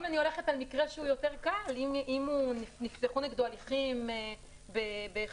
אם יש מקרה קל יותר אם נפתחו נגדו הליכים בחשד